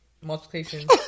multiplication